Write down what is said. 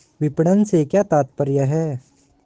विपणन से क्या तात्पर्य है?